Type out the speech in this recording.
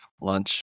Lunch